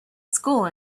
school